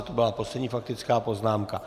To byla poslední faktická poznámka.